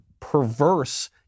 perverse